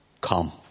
come